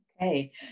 Okay